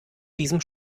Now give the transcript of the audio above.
diesem